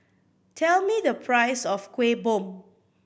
tell me the price of Kuih Bom